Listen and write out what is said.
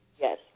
Yes